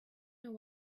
know